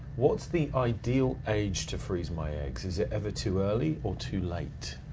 what's the ideal age to freeze my eggs? is it ever too early or too late?